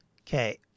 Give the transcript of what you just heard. okay